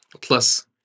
plus